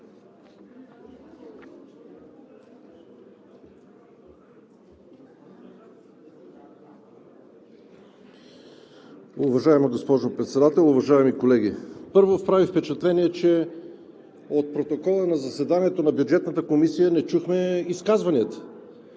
Уважаема госпожо Председател, уважаеми колеги! Първо, прави впечатление, че от протокола на заседанието на Бюджетната комисия не чухме изказванията